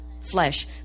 flesh